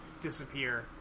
disappear